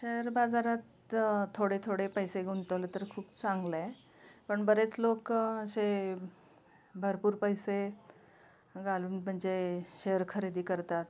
share बाजारात थोडे थोडे पैसे गुंतवले तर खूप चांगलं आहे पण बरेच लोक असे भरपूर पैसे घालून म्हणजे शेअर खरेदी करतात